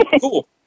Cool